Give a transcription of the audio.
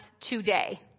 today